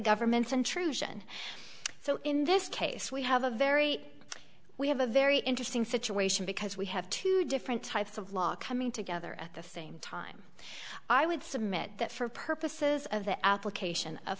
government's intrusion so in this case we have a very we have a very interesting situation because we have two different types of law coming together at the same time i would submit that for purposes of the application of